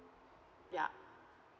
yup